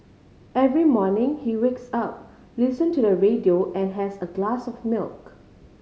every morning he wakes up listen to the radio and has a glass of milk